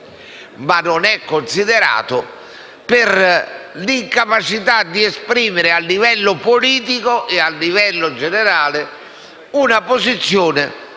ma non è considerato per l'incapacità di esprimere, sul piano politico e a livello generale, una posizione